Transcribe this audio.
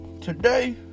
today